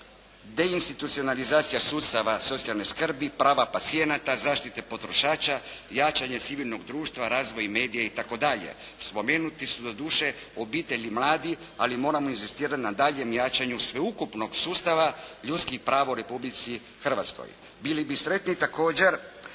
deinstitucionalizacija sustava socijalne skrbi, prava pacijenata, zaštite potrošača, jačanje civilnog društva, razvoj medija itd. Spomenuti su doduše obitelji mladih, ali moramo inzistirati na daljnjem jačanju sveukupnog sustava, ljudskih prava u Republici Hrvatskoj. Bili bi sretni također